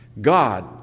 God